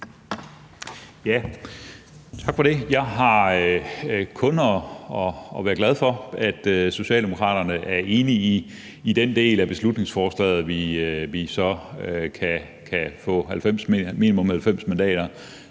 Tak for det. Jeg kan kun være glad for, at Socialdemokraterne er enige i den del af beslutningsforslaget, som vi så kan få minimum 90 mandater